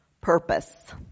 Purpose